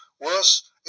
worse